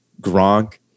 Gronk